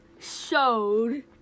showed